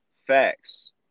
Facts